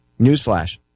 Newsflash